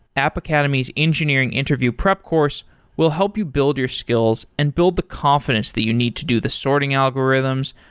app academy's engineering interview prep course will help you build your skills and build the confidence that you need to do the sorting algorithms,